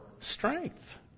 strength